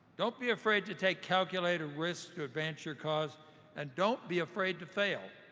don't be afraid to take calculated risks to advance your cause and don't be afraid to fail.